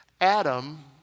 Adam